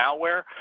malware